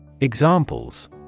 Examples